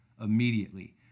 immediately